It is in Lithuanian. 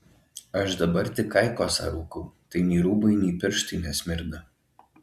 aš dabar tik aikosą rūkau tai nei rūbai nei pirštai nesmirda